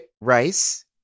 Rice